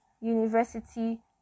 university